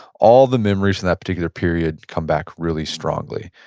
all the memories from that particular period come back really strongly